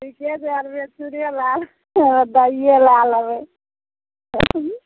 ठिके छै तऽ चूड़े लै लेबै दहिए लै लेबै